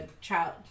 child